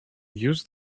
use